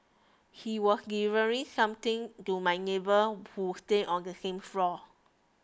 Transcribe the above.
he was delivering something to my neighbour who stay on the same floor